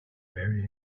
very